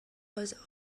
was